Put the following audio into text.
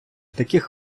таких